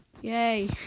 Yay